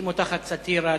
היא מותחת סאטירה,